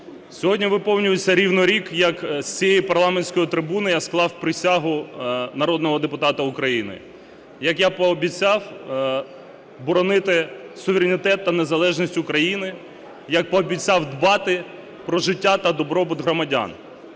Сьогодні виповнюється рівно рік, як з цієї парламентської трибуни я склав присягу народного депутата України, як я пообіцяв боронити суверенітет та незалежність України, як пообіцяв дбати про життя та добробут громадян.